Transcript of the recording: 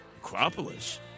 Acropolis